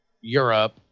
Europe